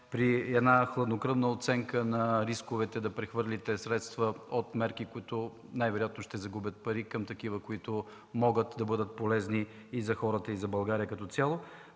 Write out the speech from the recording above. при една хладнокръвна оценка на рисковете, да прехвърлите средства от мерки, които най-вероятно ще загубят пари, към такива, които могат да бъдат полезни за хората и за България като цяло.